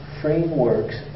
frameworks